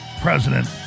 president